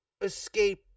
escape